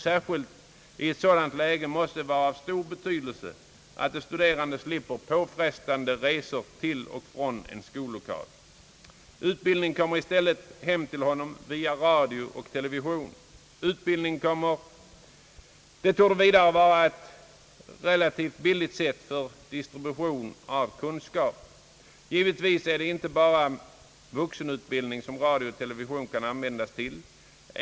Särskilt i ett sådant läge måste det vara av stor betydelse att de studerande slipper påfrestande resor till och från en skollokal. Utbildningen kommer i stället hem till dem via radio och TV. Det torde vidare vara ett relativt billigt sätt för distribution av kunskap. Givetvis är det inte bara vuxenutbildning som radio och TV kan användas till.